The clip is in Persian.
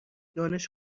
دانش